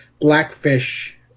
Blackfish